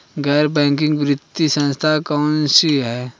गैर बैंकिंग वित्तीय संस्था कौन कौन सी हैं?